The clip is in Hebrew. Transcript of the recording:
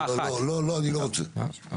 לא במצב החוקי,